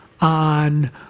on